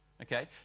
Okay